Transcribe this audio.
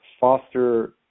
foster